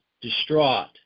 distraught